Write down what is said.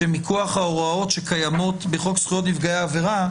זה שמכוח ההוראות שקיימות בחוק זכויות נפגעי עבירה,